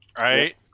Right